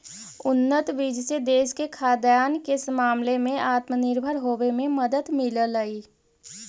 उन्नत बीज से देश के खाद्यान्न के मामले में आत्मनिर्भर होवे में मदद मिललई